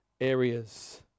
areas